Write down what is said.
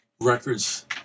records